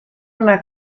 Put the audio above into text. una